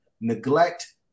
neglect